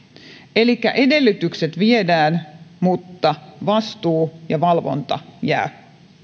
elikkä edellytykset viedään mutta vastuu ja valvonta jäävät